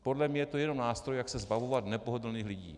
Podle mě to je jenom nástroj, jak se zbavovat nepohodlných lidí.